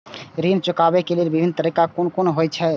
ऋण चुकाबे के विभिन्न तरीका कुन कुन होय छे?